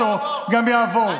גם יעבור.